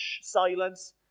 silence